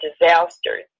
disasters